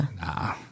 Nah